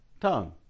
tongue